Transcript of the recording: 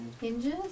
hinges